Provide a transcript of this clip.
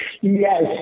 Yes